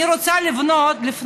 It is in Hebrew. אני רוצה לפנות